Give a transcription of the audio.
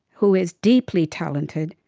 who is deeply talented,